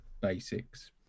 basics